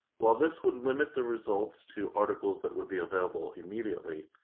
while this would limit the results to article that would be available immediately,